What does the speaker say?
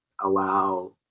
allow